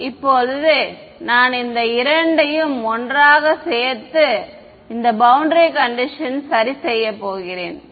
இப்போது நான் இந்த இரண்டையும் ஒன்றாக சேர்த்து இந்த பௌண்டரி கண்டிஷன்ஸ் சரி செய்ய போகிறேன்